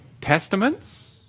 testaments